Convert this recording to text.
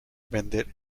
vender